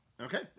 Okay